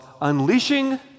unleashing